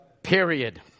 Period